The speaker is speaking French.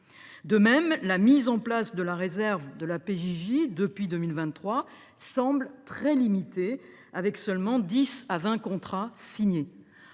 De même, la mise en place de la réserve de la PJJ depuis 2023 semble très limitée, seulement dix à vingt contrats ayant